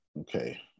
Okay